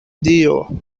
dio